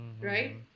right